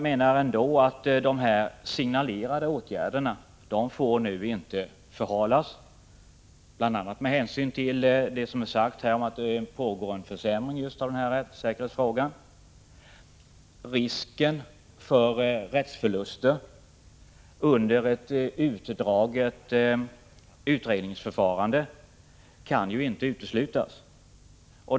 Men de aviserade åtgärderna får inte förhalas, bl.a. med hänsyn till att det, som här har sagts, pågår en försämring när det gäller denna rättssäkerhetsfråga. Risken för rättsförluster under ett utdraget utredningsförfarande kan inte uteslutas.